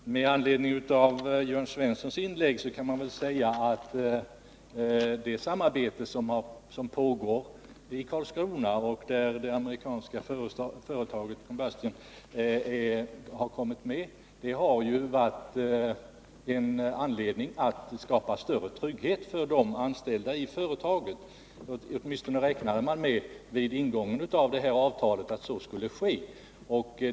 Herr talman! Med anledning av Jörn Svenssons inlägg kan jag säga att det samarbete som pågår i Karlskrona och där det amerikanska företaget Combustion Engineering Incorp. kommit med har varit en anledning till att skapa större trygghet för de anställda i företaget. Åtminstone räknade man vid ingången av avtalet med att så skulle ske.